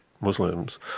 Muslims